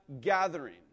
gathering